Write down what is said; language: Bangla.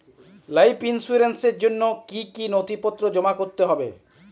লাইফ ইন্সুরেন্সর জন্য জন্য কি কি নথিপত্র জমা করতে হবে?